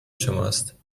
شماست